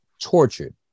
tortured